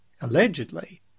Allegedly